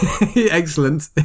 Excellent